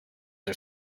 are